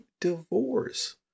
divorce